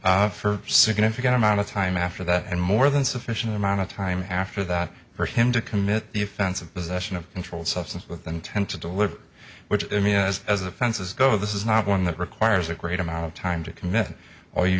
intersection for significant amount of time after that and more than sufficient amount of time after that for him to commit the offense of possession of controlled substance with intent to deliver which i mean as as offenses go this is not one that requires a great amount of time to commit or you